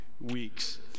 Weeks